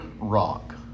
rock